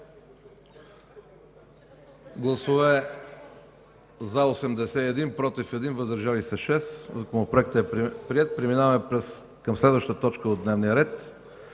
за 81, против 1, въздържали се 6. Законопроектът е приет. Преминаваме към следващата точка от дневния ред: